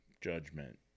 judgment